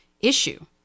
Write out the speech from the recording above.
issue